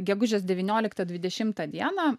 gegužės devynioliktą dvidešimtą dieną